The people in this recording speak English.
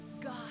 God